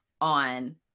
on